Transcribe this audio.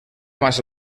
massa